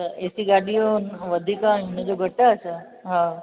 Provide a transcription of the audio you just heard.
त एसी गाॾीअ जो वधीक हिन जो घटि आहे छा हा